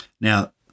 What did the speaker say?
Now